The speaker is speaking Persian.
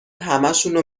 همشونو